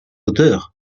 auteurs